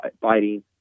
fighting